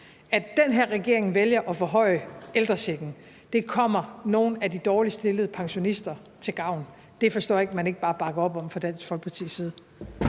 At den her regering vælger at forhøje ældrechecken, kommer nogle af de dårligst stillede pensionister til gavn. Det forstår jeg ikke man ikke bare bakker op om fra Dansk Folkepartis side.